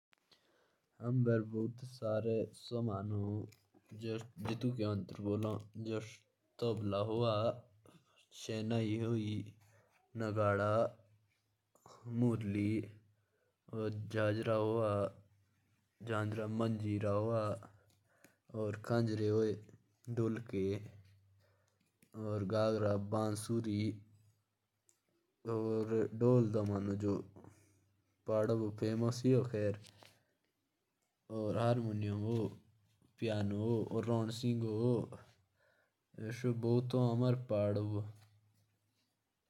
नगाड़ा। घंगरा। मंजीरा। घाघरा। बांसुरी। ढोल। दमणु। हारमुनिया। पियानो। और भी कही सामान होता है।